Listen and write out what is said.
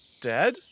dead